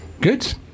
good